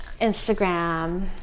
instagram